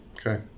Okay